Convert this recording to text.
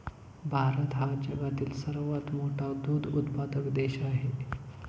भारत हा जगातील सर्वात मोठा दूध उत्पादक देश आहे